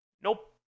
Nope